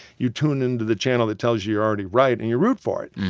you tune into the channel that tells you you're already right, and you root for it.